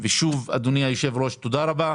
שוב, אדוני היושב ראש, תודה רבה.